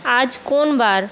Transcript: আজ কোন বার